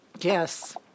Yes